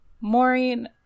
Maureen